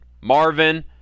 Marvin